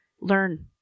Learn